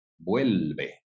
Vuelve